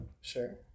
sure